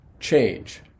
change